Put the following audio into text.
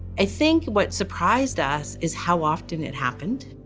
i think what surprised us is how often it happened.